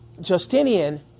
Justinian